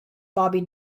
bobby